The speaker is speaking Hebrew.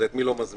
את מי לא מזמינים.